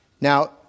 Now